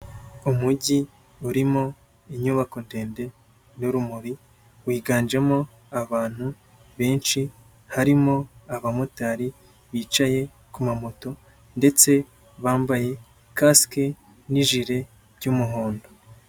Umujyi urimo inyubako ndende n'urumuri, wiganjemo abantu benshi harimo abamotari bicaye ku ma moto ndetse bambaye kasike n'ijire by'umuhondo.